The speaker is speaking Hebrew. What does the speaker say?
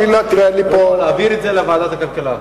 ועדת הכלכלה.